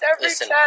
Listen